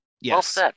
Yes